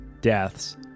deaths